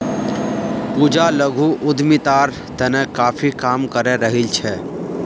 पूजा लघु उद्यमितार तने काफी काम करे रहील् छ